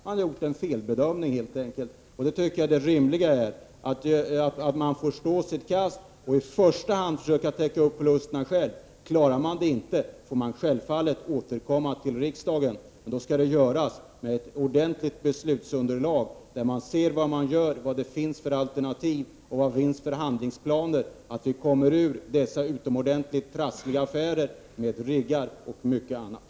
Man har helt enkelt gjort en felbedömning. Det rimliga borde vara att man får stå sitt kast och i första hand försöka täcka förlusten själv. Klarar man inte det får man självfallet återkomma till riksdagen. Det skall då finnas ett ordentligt beslutsunderlag, där man kan se vad man gör, vad det finns för alternativ och vad det finns för handlingsplaner, så att företaget kan komma ur de enormt trassliga affärerna med riggar och mycket annat.